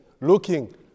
looking